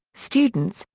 students,